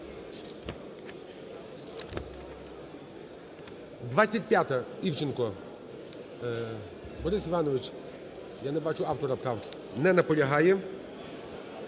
25-а, Івченко. Борис Іванович, я не бачу автора правки. Не наполягає.